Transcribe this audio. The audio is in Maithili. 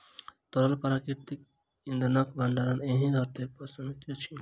तरल प्राकृतिक इंधनक भंडार एहि धरती पर सीमित अछि